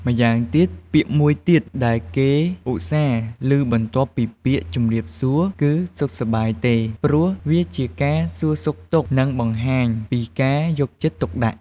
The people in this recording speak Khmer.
ម៉្យាងទៀត ពាក្យមួយទៀតដែលគេឧស្សាហ៍ឮបន្ទាប់ពីពាក្យ ជំរាបសួរ គឺ "សុខសប្បាយទេ" ព្រោះវាជាការសួរសុខទុក្ខ និងបង្ហាញពីការយកចិត្តទុកដាក់។